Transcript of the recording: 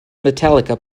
metallica